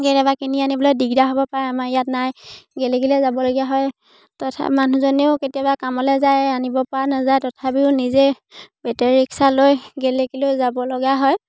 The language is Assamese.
কেতিয়াবা কিনি আনিবলৈ দিগদাৰ হ'ব পাৰে আমাৰ ইয়াত নাই গেলেকীলে যাবলগীয়া হয় তথাপি মানুহজনেও কেতিয়াবা কামলে যায় আনিব পৰা নাযায় তথাপিও নিজে বেটেৰী ৰিক্সালৈ গেলেকীলৈ যাবলগা হয়